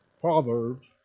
Proverbs